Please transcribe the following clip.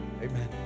Amen